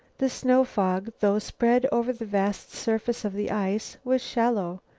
the snow-fog, though spread over the vast surface of the ice, was shallow.